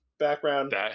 Background